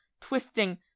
twisting